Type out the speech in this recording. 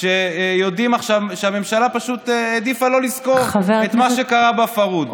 שיודעים עכשיו שהממשלה פשוט העדיפה לא לזכור את מה שקרה בפרהוד.